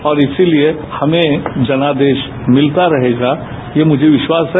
और इसीलिए हमें जनादेश मिलता रहेगा ये मुझे विश्वास है